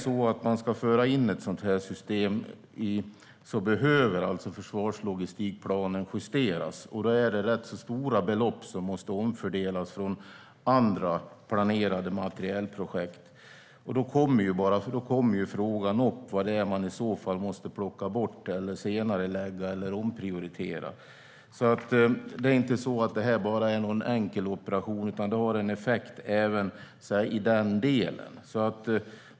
Ska man föra in ett sådant här system behöver alltså försvarslogistikplanen justeras. Då är det rätt stora belopp som måste omfördelas från andra planerade materielprojekt, för då kommer frågan upp vad det är man i så fall måste plocka bort, senarelägga eller omprioritera. Det här är alltså inte bara någon enkel operation, utan det har en effekt även i den delen.